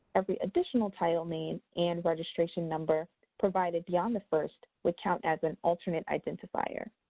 every additional title name and registration number provided beyond the first would count as an alternate identifier.